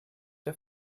der